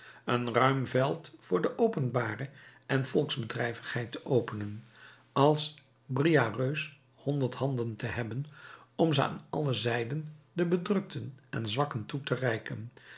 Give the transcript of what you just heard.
een ruim veld voor de openbare en volksbedrijvigheid te openen als briareus honderd handen te hebben om ze aan alle zijden den bedrukten en zwakken toe te reiken